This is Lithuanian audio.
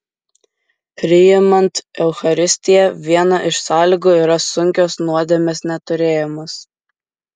priimant eucharistiją viena iš sąlygų yra sunkios nuodėmės neturėjimas